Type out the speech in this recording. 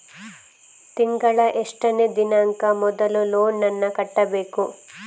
ತಿಂಗಳ ಎಷ್ಟನೇ ದಿನಾಂಕ ಮೊದಲು ಲೋನ್ ನನ್ನ ಕಟ್ಟಬೇಕು?